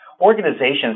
Organizations